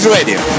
Radio